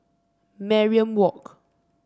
Mariam Walk